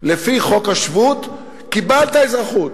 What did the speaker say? לפי חוק השבות, קיבלת אזרחות,